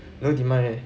no demand leh